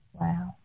Wow